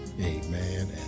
Amen